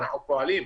ואנחנו פועלים,